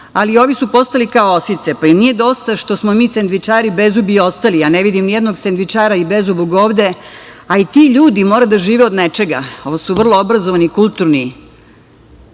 ali ovi su postali kao osice pa im nije dosta što smo mi sendvičari bezzubi ostali, a ne vidim nijednog bezzubog i sendvičara ovde, a i ti ljudi moraju da žive od nečega. Ovo su vrlo obrazovani i kulturni,